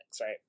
right